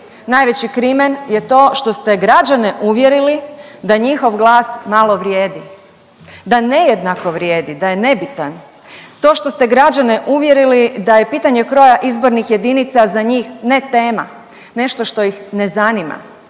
najveći krimen je to što ste građane uvjerili da njihov glas malo vrijedi, da nejednako vrijedi, da je nebitan. To što ste građane uvjerili da je pitanje kroja izbornih jedinica za njih netema. Nešto što ih ne zanima.